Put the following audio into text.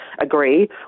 agree